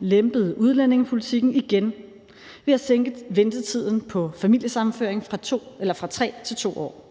lempede udlændingepolitikken igen ved at sænke ventetiden på familiesammenføring fra 3 år til 2 år.